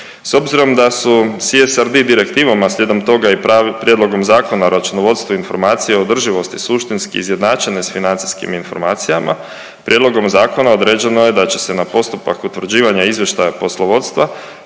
S obzirom da su CSRD direktivama slijedom toga i prijedlogom Zakona o računovodstvu i informacije o održivosti suštinski izjednačene s financijskim informacijama, prijedlogom zakona određeno je da će se na postupak utvrđivanja izvještaja poslovodstva